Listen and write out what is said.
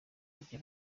ibyo